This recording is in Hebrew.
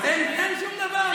אין שום דבר,